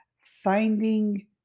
Finding